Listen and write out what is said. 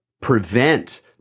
prevent